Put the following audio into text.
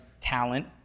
talent